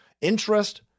interest